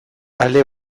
alde